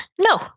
no